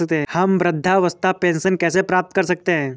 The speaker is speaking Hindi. हम वृद्धावस्था पेंशन कैसे प्राप्त कर सकते हैं?